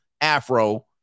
afro